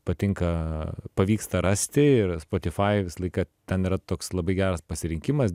patinka pavyksta rasti ir spotifajuj visą laiką ten yra toks labai geras pasirinkimas